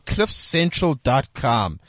CliffCentral.com